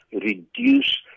reduce